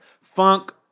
funk